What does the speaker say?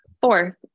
Fourth